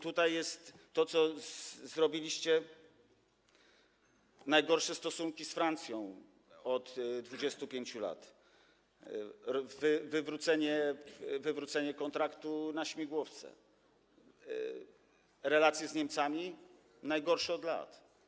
Tutaj jest to, co zrobiliście - najgorsze stosunki z Francją od 25 lat, wywrócenie kontraktu na śmigłowce, relacje z Niemcami najgorsze od lat.